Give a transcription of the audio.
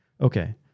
okay